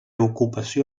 ocupació